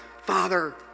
Father